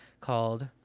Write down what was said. called